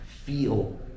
feel